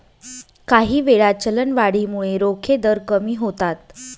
काहीवेळा, चलनवाढीमुळे रोखे दर कमी होतात